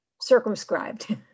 circumscribed